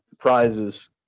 prizes